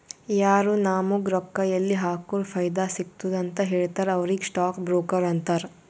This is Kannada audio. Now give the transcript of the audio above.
ಯಾರು ನಾಮುಗ್ ರೊಕ್ಕಾ ಎಲ್ಲಿ ಹಾಕುರ ಫೈದಾ ಸಿಗ್ತುದ ಅಂತ್ ಹೇಳ್ತಾರ ಅವ್ರಿಗ ಸ್ಟಾಕ್ ಬ್ರೋಕರ್ ಅಂತಾರ